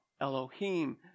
Elohim